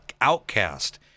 outcast